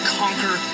conquer